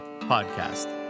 podcast